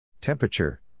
Temperature